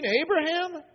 Abraham